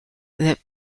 that